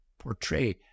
portray